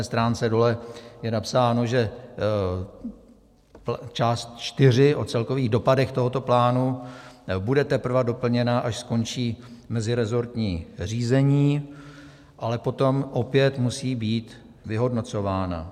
stránce dole je napsáno, že část 4 o celkových dopadech tohoto plánu bude teprve doplněna, až skončí meziresortní řízení, ale potom opět musí být vyhodnocována.